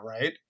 right